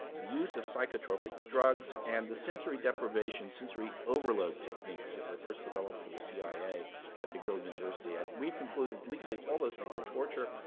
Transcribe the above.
the use of psychotropic drugs, and the sensory deprivation-sensory overload techniques that were first developed for the cia at mcgill university. we've concluded legally all those things are torture.